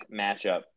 matchup